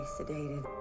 sedated